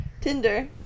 Tinder